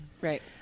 right